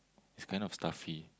it's kind of stuffy